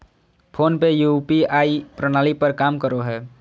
phone पे UPI प्रणाली पर काम करो हय